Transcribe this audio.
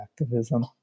activism